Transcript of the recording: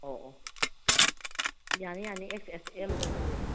ꯑꯣ ꯑꯣ ꯌꯥꯅꯤ ꯌꯥꯅꯤ ꯑꯦꯛꯁ ꯑꯦꯛꯁ ꯑꯦꯜꯗꯣ ꯂꯩ